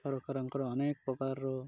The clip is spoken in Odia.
ସରକାରଙ୍କର ଅନେକ ପ୍ରକାରର